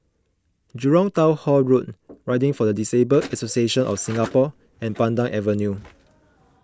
Jurong Town Hall Road Riding for the Disabled Association of Singapore and Pandan Avenue